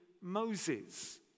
Moses